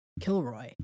Kilroy